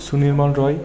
Sunirmal Roy